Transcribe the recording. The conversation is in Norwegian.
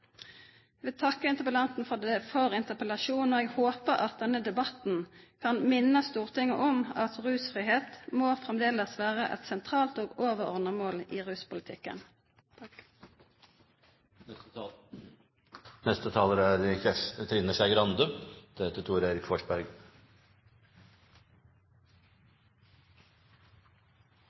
vil takke interpellanten for interpellasjonen. Jeg håper at denne debatten kan minne Stortinget på at rusfrihet fremdeles må være et sentralt og overordnet mål i ruspolitikken. Neste taler er Kjersti – Trine Skei Grande, deretter Thor Erik Forsberg.